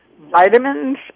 vitamins